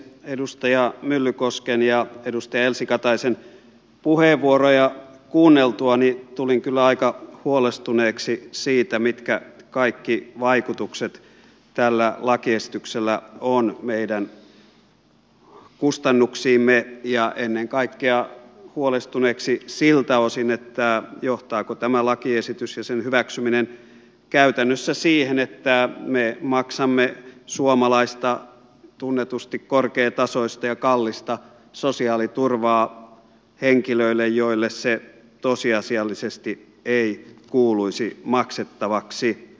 edustaja myllykosken ja edustaja elsi kataisen puheenvuoroja kuunneltuani tulin kyllä aika huolestuneeksi siitä mitkä kaikki vaikutukset tällä lakiesityksellä on meidän kustannuksiimme ja ennen kaikkea huolestuneeksi siltä osin johtaako tämä lakiesitys ja sen hyväksyminen käytännössä siihen että me maksamme suomalaista tunnetusti korkeatasoista ja kallista sosiaaliturvaa henkilöille joille se tosiasiallisesti ei kuuluisi maksettavaksi